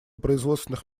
производственных